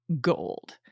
gold